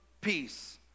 Peace